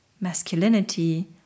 masculinity